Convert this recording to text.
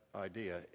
idea